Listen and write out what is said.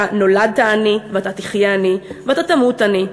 אתה נולדת עני, ואתה תחיה עני, ואתה תמות עני.